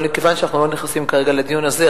אבל מכיוון שאנחנו לא נכנסים כרגע לדיון הזה,